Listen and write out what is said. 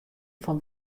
fan